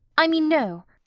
i mean no.